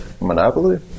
Monopoly